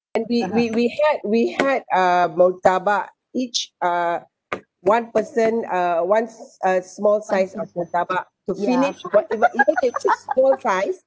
and we we we had we had a murtabak each uh one person uh one uh small slice of murtabak to finish even they choose small size